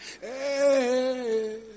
Hey